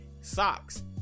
Socks